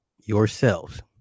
yourselves